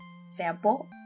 sample